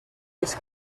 this